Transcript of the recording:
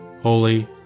Holy